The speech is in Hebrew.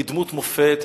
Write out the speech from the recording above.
היא דמות מופת,